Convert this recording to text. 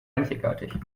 einzigartig